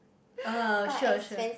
uh sure sure